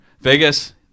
Vegas